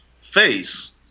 face